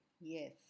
yes